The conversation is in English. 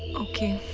okay.